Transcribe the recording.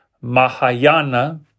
Mahayana